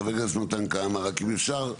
חה"כ מתן כהנא רק אם אפשר,